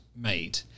made